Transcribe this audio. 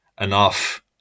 enough